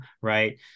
Right